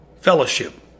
fellowship